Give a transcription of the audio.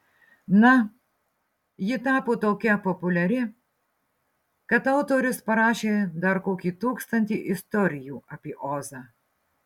na ji tapo tokia populiari kad autorius parašė dar kokį tūkstantį istorijų apie ozą